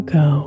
go